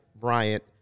Bryant